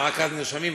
ורק אז נרשמים.